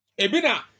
Ebina